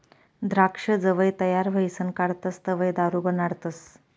द्राक्ष जवंय तयार व्हयीसन काढतस तवंय दारू बनाडतस